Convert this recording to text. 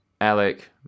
Alec